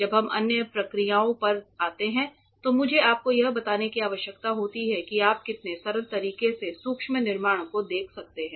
जब हम अन्य प्रक्रियाओं पर आते हैं तो मुझे आपको यह बताने की आवश्यकता होती है कि आप कितने सरल तरीके से सूक्ष्म निर्माण को देख सकते हैं